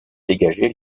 dégagé